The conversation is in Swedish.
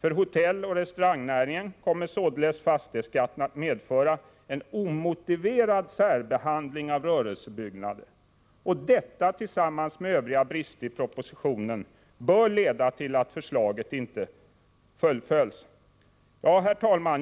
För hotelloch restaurangnäring kommer således fastighetsskatten att medföra en omotiverad särbehandling av rörelsebyggnader. Detta tillsammans med övriga brister i propositionen bör leda till att förslaget inte fullföljs. Herr talman!